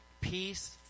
peace